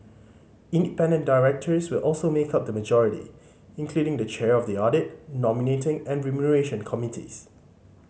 independent directors will also make up the majority including the chair of the audit nominating and remuneration committees